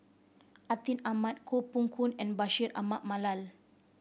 Atin Amat Koh Poh Koon and Bashir Ahmad Mallal